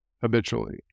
habitually